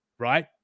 right